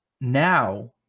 now